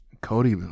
Cody